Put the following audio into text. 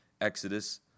Exodus